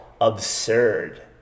absurd